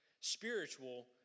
Spiritual